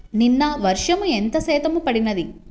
నిన్న వర్షము ఎంత శాతము పడినది?